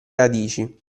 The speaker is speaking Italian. radici